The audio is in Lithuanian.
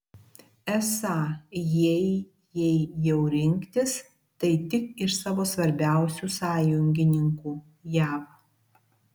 esą jei jei jau rinktis tai tik iš savo svarbiausių sąjungininkų jav